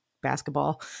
basketball